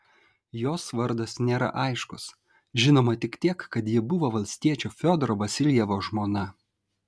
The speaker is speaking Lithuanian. jos vardas nėra aiškus žinoma tik tiek kad ji buvo valstiečio fiodoro vasiljevo žmona